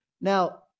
Now